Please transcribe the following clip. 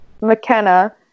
McKenna